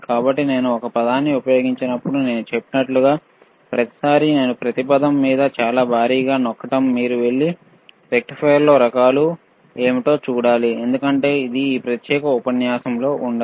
కాబట్టి నేను ఒక పదాన్ని ఉపయోగించినప్పుడు నేను చెప్పినట్లుగా ప్రతిసారీ నేను ప్రతి పదం మీద చాలా భారీగా నొక్కడం మీరు వెళ్లి రెక్టిఫైయర్లు రకాలు ఏమిటో చూడాలి ఎందుకంటే ఇది ఈ ప్రత్యేక ఉపన్యాసంలో వివరించడం లేదు